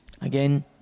again